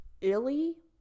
illy